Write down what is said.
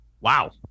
Wow